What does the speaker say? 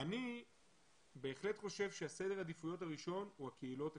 אני בהחלט חושב שסדר העדיפויות הראשון הוא הקהילות הקטנות,